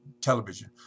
television